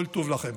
כל טוב לכם.